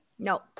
No